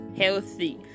healthy